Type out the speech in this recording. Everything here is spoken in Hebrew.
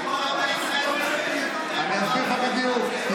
אני אסביר לך בדיוק.